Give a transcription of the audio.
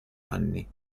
anni